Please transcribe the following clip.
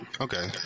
Okay